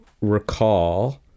recall